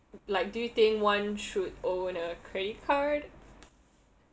like do you think one should own a credit card